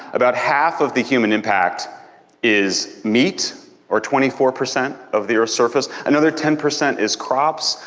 about half of the human impact is meat or twenty four percent of the earth's surface. another ten percent is crops.